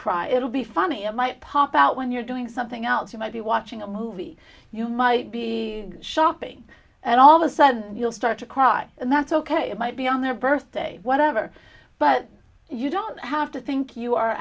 cry it'll be funny it might pop out when you're doing something else you might be watching a movie you might be shopping and all the sudden you'll start to cry and that's ok it might be on their birthday whatever but you don't have to think you are